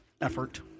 effort